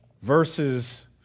verses